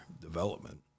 development